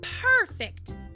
Perfect